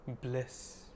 bliss